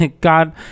God